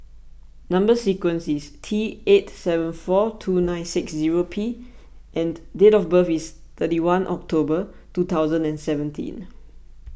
Number Sequence is T eight seven four two nine six zero P and date of birth is thirty one October two thousand and seventeen